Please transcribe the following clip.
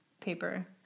paper